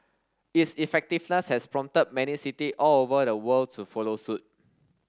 its effectiveness has prompted many city all over the world to follow suit